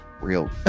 real